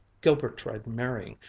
gilbert tried marrying,